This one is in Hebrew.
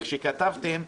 איך שכתבתם,